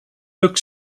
look